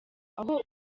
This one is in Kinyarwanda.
aho